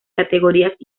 categorías